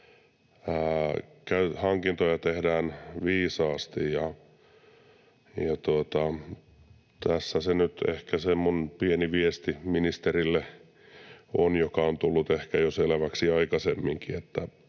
hankintoja tehdään viisaasti. Tässä nyt ehkä se minun pieni viestini ministerille, mikä on ehkä tullut selväksi jo aikaisemminkin,